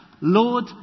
Lord